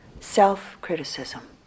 self-criticism